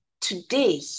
today